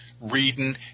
reading